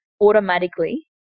automatically